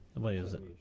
the way is it.